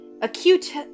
acute